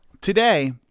today